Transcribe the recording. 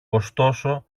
ωστόσο